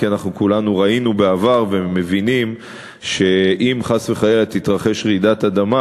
כי אנחנו כולנו ראינו בעבר ומבינים שאם חס וחלילה תתרחש רעידת אדמה,